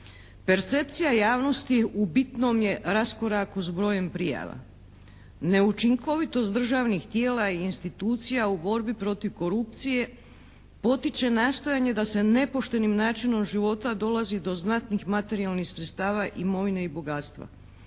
Percepcija javnosti u bitnom je raskoraku s brojem prijava. Neučinkovitost državnih tijela i institucija u borbi protiv korupcije potiče nastojanje da se nepoštenim načinom života dolazi do znatnih materijalnih sredstava, imovine i bogatstva.